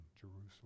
Jerusalem